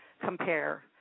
compare